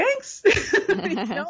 thanks